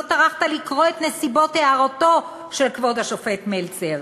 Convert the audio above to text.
לא טרחת לקרוא את נסיבות הערתו של כבוד השופט מלצר.